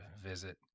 visit